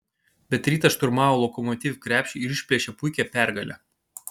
bet rytas šturmavo lokomotiv krepšį ir išplėšė puikią pergalę